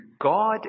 God